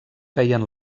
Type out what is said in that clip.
feien